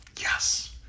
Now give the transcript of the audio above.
Yes